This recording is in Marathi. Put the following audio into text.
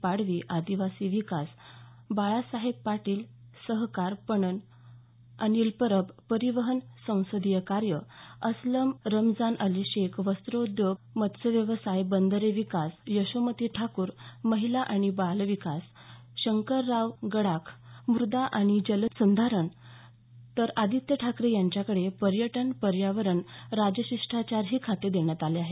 पाडवी आदिवासी विकास बाळासाहेब पाटील सहकार पणन अनिल परब परिवहन संसदीय कार्य अस्लम रमजान अली शेख वस्त्रोद्योग मत्स्य व्यवसाय बंदरे विकास यशोमती ठाकूर महिला आणि बालविकास शंकराराव गडाख मृदा आणि जलसंधारण तर आदित्य ठाकरे यांच्याकडे पर्यटन पर्यावरण राजशिष्टाचार ही खाती देण्यात आली आहेत